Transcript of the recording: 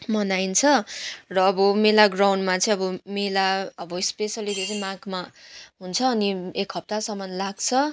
मनाइन्छ र अब मेला ग्राउन्डमा चाहिँ अब मेला अब स्पेसलीदेखि माघमा हुन्छ अनि एक हप्तासम्म लाग्छ